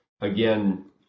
again